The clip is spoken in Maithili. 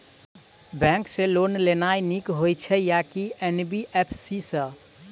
बैंक सँ लोन लेनाय नीक होइ छै आ की एन.बी.एफ.सी सँ?